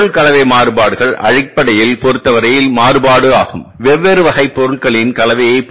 பொருள் கலவை மாறுபாடுகள் அடிப்படையில்பொறுத்தவரை மாறுபாடு ஆகும் வெவ்வேறு வகை பொருட்களின் கலவையைப்